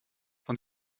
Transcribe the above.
von